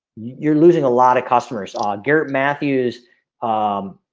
you're losing a lot of customers ah garrett matthews um